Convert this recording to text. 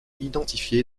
identifiée